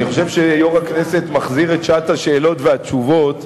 אני חושב שיושב-ראש הכנסת מחזיר את שעת השאלות והתשובות.